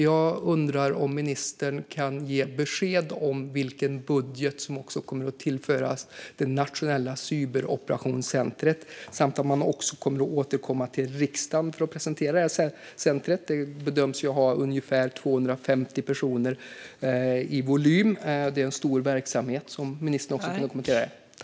Jag undrar om ministern kan ge besked om vilken budget som kommer att tillföra medel till det nationella cyberoperationscentret samt om man kommer att återkomma till riksdagen för att presentera centret, vars volym bedöms vara 250 personer, och det är en stor verksamhet.